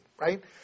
Right